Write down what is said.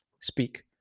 Speak